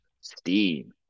steam